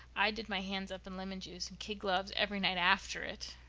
i did my hands up in lemon juice and kid gloves every night after it.